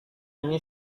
ini